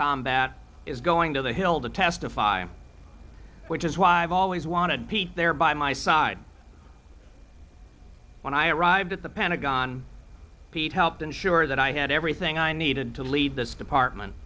combat is going to the hill to testify which is why i've always wanted peace there by my side when i arrived at the pentagon pete helped ensure that i had everything i needed to lead this department